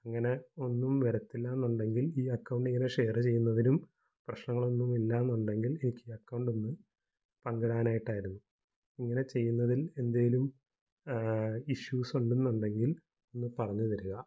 അങ്ങനെ ഒന്നും വരത്തില്ല എന്നുണ്ടെങ്കിൽ ഈ അക്കൗണ്ട് ഇങ്ങനെ ഷെയര് ചെയ്യുന്നതിനും പ്രശ്നങ്ങളൊന്നും ഇല്ല എന്നുണ്ടെങ്കിൽ എനിക്കീ അക്കൗണ്ടൊന്ന് പങ്കിടാനായിട്ടായിരുന്നു ഇങ്ങനെ ചെയ്യുന്നതിൽ എന്തെങ്കിലും ഇഷ്യൂസുണ്ടന്നുണ്ടങ്കിൽ ഒന്ന് പറഞ്ഞ് തരിക